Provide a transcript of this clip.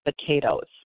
potatoes